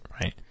Right